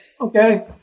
okay